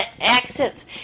accents